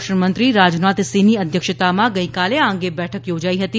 સંરક્ષણ મંત્રી રાજનાથસિંહની અધ્યક્ષતામાં ગઈકાલે આ અંગે બેઠક યોજાઈ હતી